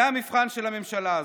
זה המבחן של הממשלה הזו,